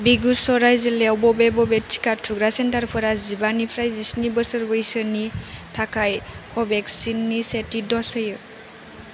बेगुसराय जिल्लायाव बबे बबे टिका थुग्रा सेन्टारफोरा जिबानिफ्राय जिस्नि बोसोर बैसोनि थाखाय कवेक्सिननि सेथि द'ज होयो